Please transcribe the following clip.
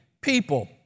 people